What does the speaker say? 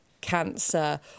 cancer